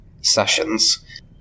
sessions